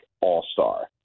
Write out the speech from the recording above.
all-star